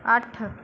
अट्ठ